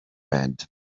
red